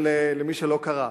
למי שלא קרא.